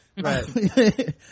Right